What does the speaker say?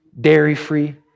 dairy-free